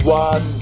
one